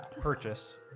purchase